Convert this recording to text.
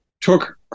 took